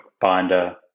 binder